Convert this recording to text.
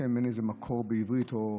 לשם אין מקור בעברית או שהוא